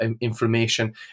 inflammation